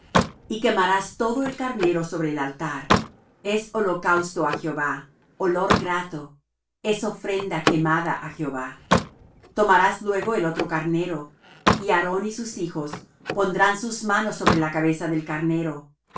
y quemarás todo el carnero sobre el altar es holocausto á jehová olor grato es ofrenda quemada á jehová tomarás luego el otro carnero y aarón y sus hijos pondrán sus manos sobre la cabeza del carnero